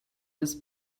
his